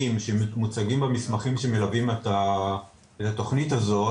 שמוצגים במסמכים שמלווים את התכנית הזאת,